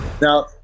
Now